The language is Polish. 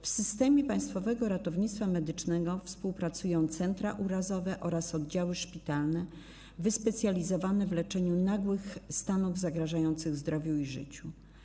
W systemie Państwowego Ratownictwa Medycznego współpracują centra urazowe oraz oddziały szpitalne wyspecjalizowane w leczeniu nagłych stanów zagrażających zdrowiu i życiu.